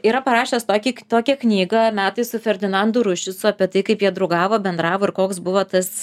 yra parašęs tokį k tokią knygą metai su ferdinandu ruščicu apie tai kaip jie draugavo bendravo ir koks buvo tas